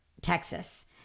Texas